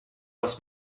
was